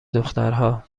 دخترها